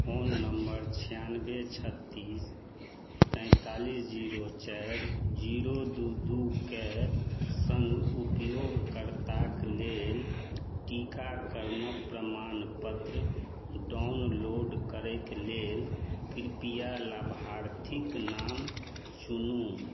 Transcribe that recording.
phone number छिआनबे छत्तीस तैंतालिस जीरो चारि जीरो दुइ दुइके सङ्ग उपयोगकर्ताके लेल टीकाकरणक प्रमाणपत्र डाउनलोड करैके लेल कृपया लाभार्थीके नाम चुनू